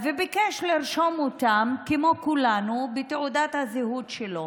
וביקש לרשום אותן כמו כולנו בתעודת הזהות שלו.